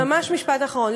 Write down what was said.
ממש משפט אחרון,